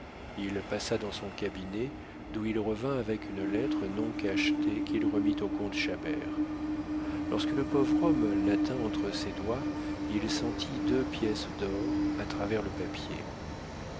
il passa dans son cabinet d'où il revint avec une lettre non cachetée qu'il remit au comte chabert lorsque le pauvre homme la tint entre ses doigts il sentit deux pièces d'or à travers le papier